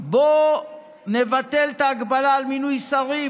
בוא נבטל את ההגבלה על מינוי שרים,